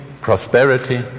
prosperity